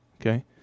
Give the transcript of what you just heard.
Okay